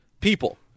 people